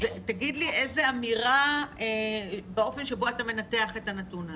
תגיד לי אמירה באופן שבו אתה מנתח את הנתון הזה.